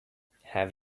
have